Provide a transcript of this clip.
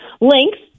links